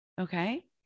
Okay